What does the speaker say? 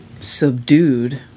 subdued